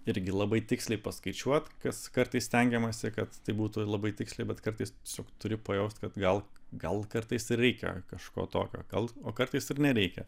irgi labai tiksliai paskaičiuot kas kartais stengiamasi kad tai būtų labai tiksliai bet kartais tiesiog turi pajaust kad gal gal kartais ir reikia kažko tokio gal o kartais ir nereikia